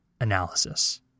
analysis